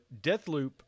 Deathloop